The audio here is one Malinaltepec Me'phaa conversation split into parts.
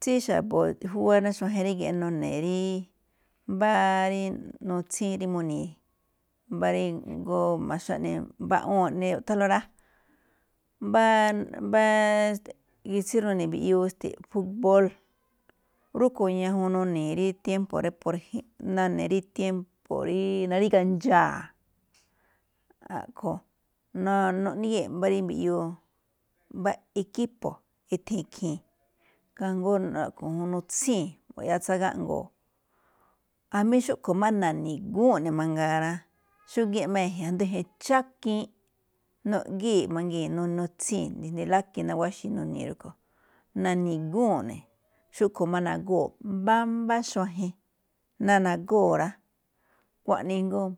Tsí xa̱bo̱ júwá ná xuajen ríge̱ꞌ nune̱ ríí mbáá rí nutsín rí muni̱i̱ mbá rí mbóó ma̱xáꞌne mba̱ꞌwu̱u̱n ꞌne úꞌthánlóꞌ rá, mbáá-mbáá gitsín rí nune̱ mbiꞌyuu, e̱ste̱, fútbol, rúꞌkho̱ ñajuun nuni̱i̱ rí tiempo rí, por ejem none̱ rí tiempo ríí naríga̱ ndxa̱a̱. A̱ꞌkho̱ na- nu̱ríye̱e̱ꞌ mbá rí mbiꞌyuu mbá equipo, ethee̱n khii̱n, kajngó a̱ꞌkho̱ mu- nutsíi̱n mbu̱ꞌyáá tsáa gáꞌngo̱o̱. Jamí xúꞌkho̱ má na̱ni̱gúu̱n ne̱ mangaa rá, xúgíin má e̱je̱n ajndo e̱je̱n chákiin, nuꞌgíi̱ mangii̱n nu- nutsíi̱n desde lákii̱n mawáxi̱i̱n nuni̱i̱ rúꞌkho̱. Na̱ni̱gúu̱nꞌ ne̱, xúꞌkho̱ má nagóo̱ mbámbáa xuajen ná nagóo̱ rá, kuaꞌnii jngóo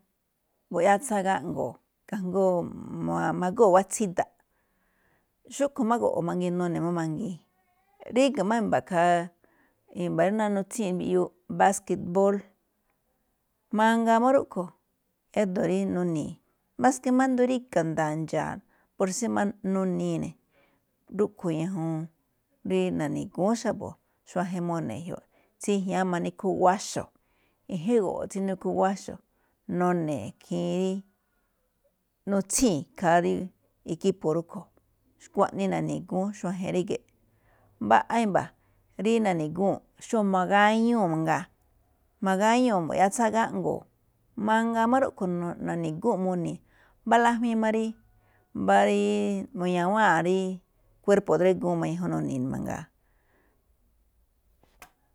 mbu̱ꞌyáá tsáa gáꞌngo̱o̱, kajngóo mo̱-magóo wáa tsída̱ꞌ. Xúꞌkho̱ má go̱ꞌo̱ mangiin, none̱ má mangiin. ríga̱ má i̱mba̱ khaa, i̱mba̱ rí ná nutsíi̱n mbiꞌyuu baśquebol, mangaa má rúꞌkho̱ édo̱ rí nuni̱i̱, maske má jndo ríga̱ nda̱a̱ ndxa̱a̱, por sí má nunii̱ ne̱. Rúꞌkhue̱n ñajuun rí na̱ni̱gu̱ún xa̱bo̱ xuajen mone̱ jyoꞌ, tsí jñáma níkhú wáxo̱, ijíngo̱ꞌo̱ tsí níkú wáxo̱, none̱ khiin rí nutsíi̱n khaa dí equipo rúꞌkho̱. Xkuaꞌnii na̱ni̱gu̱ún xuajen ríge̱ꞌ. Mbaꞌa i̱mba̱ rí na̱ni̱gúu̱nꞌ, xóo magáñúu̱ mangaa, magáñúu̱ mbu̱ꞌyáá tsáa gáꞌngo̱o̱, mangaa má rúꞌkho̱ no- na̱ni̱gúu̱n muni̱i̱, mbá lájwíin má rí, mbá ríí, mu̱ña̱wáa̱n rí cuerpo drégúu̱n má ñajuun nuni̱i̱ ne̱ mangaa.